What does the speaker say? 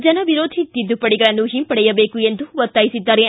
ಜನವಿರೋಧಿ ತಿದ್ದುಪಡಿಗಳನ್ನು ಹಿಂಪಡೆಯಬೇಕು ಎಂದು ಒತ್ತಾಯಿಸಿದ್ದಾರೆ